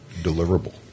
deliverable